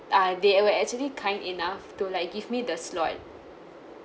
uh they were actually kind enough to like give me the slot